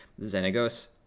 Xenagos